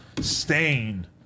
stain